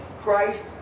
Christ